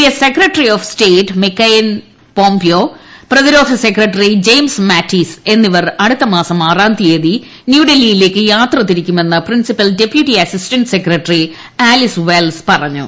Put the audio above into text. S secretary of state Mike Pompeo പ്രതിര്യോദ്ധ് secretary James Mattis എന്നിവർ അടുത്തമാസം ആറാം ത്രീയ്തി ന്യൂഡൽഹിയിലേക്ക് യാത്ര തിരിക്കുമെന്ന് principal deputy assistant secretary Alice Wells പറഞ്ഞു